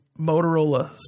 Motorola